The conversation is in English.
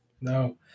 no